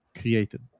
created